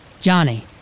Johnny